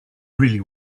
really